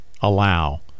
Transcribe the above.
allow